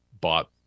bought